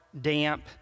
damp